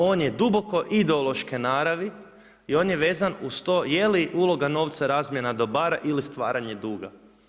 On je duboko ideološko naravi i on je vezanu uz to je li uloga novca razmjena dobara ili stvaranje duga.